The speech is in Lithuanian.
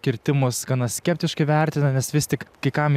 kirtimus gana skeptiškai vertina nes vis tik kai kam